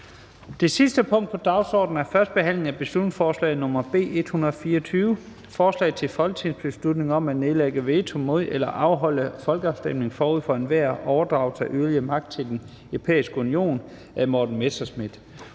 Det sidste punkt på dagsordenen er: 9) 1. behandling af beslutningsforslag nr. B 124: Forslag til folketingsbeslutning om at nedlægge veto mod eller afholde folkeafstemning forud for enhver overdragelse af yderligere magt til Den Europæiske Union. Af Morten Messerschmidt